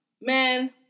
man